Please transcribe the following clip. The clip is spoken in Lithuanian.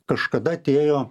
kažkada atėjo